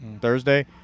Thursday